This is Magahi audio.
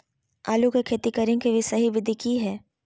आलू के खेती करें के सही विधि की हय?